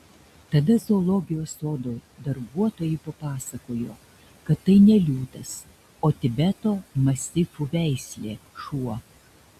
tada zoologijos sodo darbuotojai papasakojo kad tai ne liūtas o tibeto mastifų veislė šuo